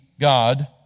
God